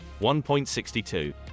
1.62